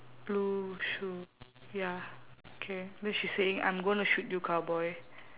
blue shoe ya okay then she's saying I'm gonna shoot you cowboy